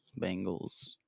Bengals